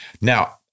Now